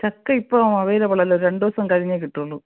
ചക്കയിപ്പം അവൈലബിളല്ല രണ്ട് ദിവസം കഴിഞ്ഞേ കിട്ടൂളൂ